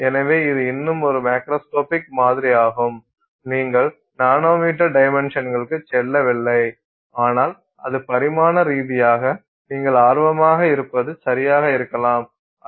எனவே இது இன்னும் ஒரு மேக்ரோஸ்கோபிக் மாதிரியாகும் நீங்கள் நானோமீட்டர் டைமென்ஷன்ங்களுக்குச் செல்லவில்லை ஆனால் அது பரிமாண ரீதியாக நீங்கள் ஆர்வமாக இருப்பது சரியாக இருக்கலாம் அல்லது இல்லாமல் இருக்கலாம்